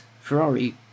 Ferrari